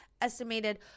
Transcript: estimated